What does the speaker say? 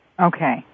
Okay